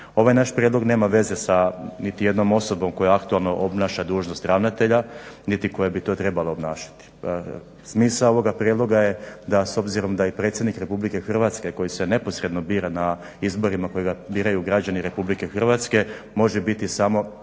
Ovaj naš prijedlog nema veze sa niti jednom osobom koja aktualno obnaša dužnost ravnatelja niti koja bi ti trebala obnašati. Smisao ovoga prijedloga je da s obzirom da i predsjednik Republike Hrvatske koji se neposredno bira na izborima kojega biraju građani Republike Hrvatske može biti samo